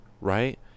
right